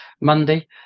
monday